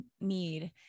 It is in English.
need